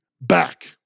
back